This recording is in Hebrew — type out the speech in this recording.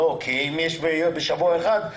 כי אם יש בשבוע אחד,